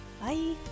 bye